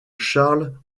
charles